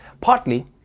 partly